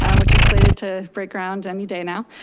um which is slated to break ground any day now.